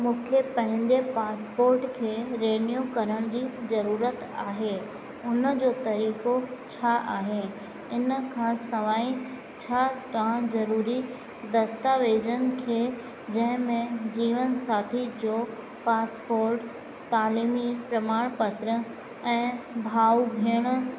मूंखे पंहिंजे पासपोर्ट खे रिन्यू करण जी ज़रूरत आहे हुन जो तरीक़ो छा आहे इन खां सवाइ छा तव्हां ज़रूरी दस्तावेजनि खे जंहिंमें जीवन साथी जो पासपोर्ट तालिमी प्रमाण पत्र ऐं भाऊ भेणु